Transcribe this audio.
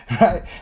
right